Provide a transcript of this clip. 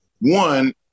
one